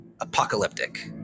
apocalyptic